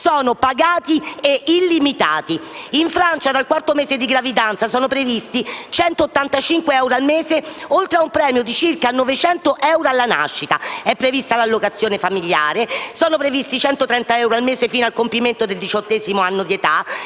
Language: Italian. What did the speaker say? sono pagati e illimitati. In Francia, dal quarto mese di gravidanza, sono previsti 185 euro al mese, oltre a un premio di circa 900 euro alla nascita. Sono previsti l'allocazione familiare e 130 euro al mese fino al compimento del diciottesimo anno di età.